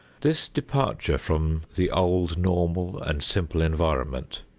this departure from the old normal and simple environment,